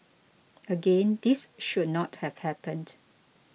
again this should not have happened